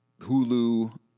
Hulu